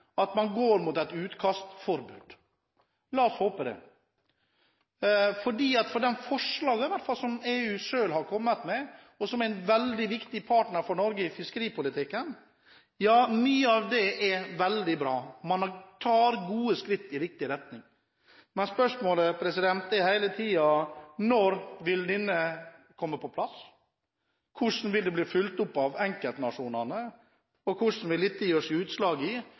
at de går mot et utkastforbud. La oss håpe det, for mange av de forslagene som EU selv har kommet med – EU, som er en veldig viktig partner for Norge i fiskeripolitikken – er veldig bra. Man tar skritt i riktig retning. Men spørsmålet er hele tiden: Når vil denne avtalen komme på plass, hvordan vil den bli fulgt opp av enkeltnasjonene, og hvordan vil dette gi seg utslag